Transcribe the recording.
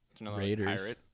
Raiders